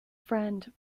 friend